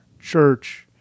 church